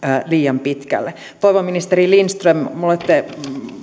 liian pitkälle toivon ministeri lindström te olette